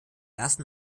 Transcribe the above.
ersten